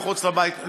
מחוץ לבית?